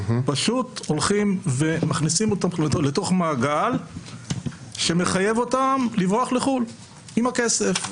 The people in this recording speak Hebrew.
פשוט הולכים ומכניסים אותם למעגל שמחייב אותם לברוח לחו"ל עם הכסף.